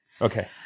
Okay